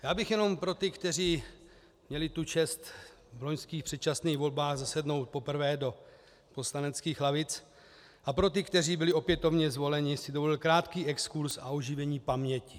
Já bych si jenom pro ty, kteří měli tu čest v loňských předčasných volbách zasednout poprvé do poslaneckých lavic, a pro ty, kteří byli opětovně zvoleni, dovolil krátký exkurz a oživení paměti.